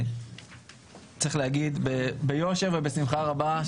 צריך להגיד ביושר ובשמחה רבה.